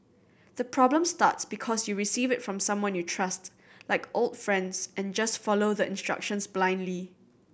the problem starts because you receive it from someone you trust like old friends and just follow the instructions blindly